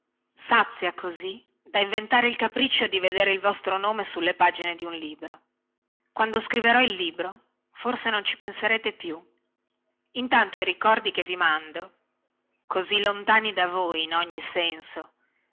sazia così da inventare il capriccio di vedere il vostro nome sulle pagine di un libro quando scriverò il libro forse non ci penserete più intanto i ricordi che vi mando così lontani da voi in ogni senso